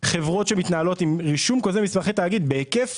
חברות שמתנהלות עם רישום כוזב מסמכי תאגיד בהיקף